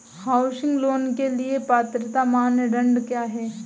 Housing loan के लिए पात्रता मानदंड क्या हैं?